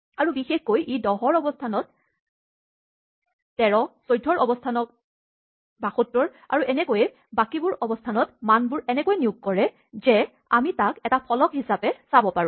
আৰু বিশেষকৈ ই ১০ ৰ অৱস্হানত ১৩ ১৪ৰ অৱস্হানত ৭২ আৰু এনেকৈয়ে বাকীবোৰ অৱস্হানত মানবোৰ এনেকৈ নিয়োগ কৰে যে আমি তাক এটা ফলক হিচাপে চাব পাৰো